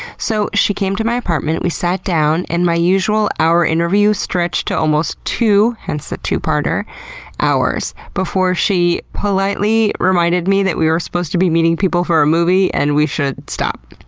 so she came to my apartment, and we sat down, and my usual hour interview stretched to almost two hence the two parter hours, before she politely reminded me that we were supposed to be meeting people for a movie and we should stop.